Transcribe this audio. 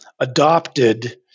adopted